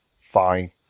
fine